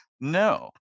no